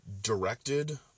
Directed